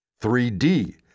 3D